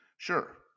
Sure